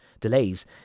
delays